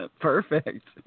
Perfect